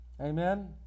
Amen